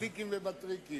בשטיקים ובטריקים?